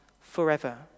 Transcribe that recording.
forever